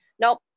Nope